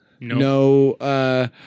no